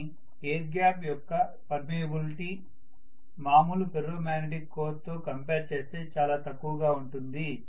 కానీ air gap యొక్క permeability మాములు ఫెర్రో మాగ్నెటిక్ కోర్ తో కంపేర్ చేస్తే చాలా తక్కువగా ఉంటుంది